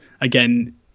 again